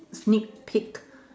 sneak peek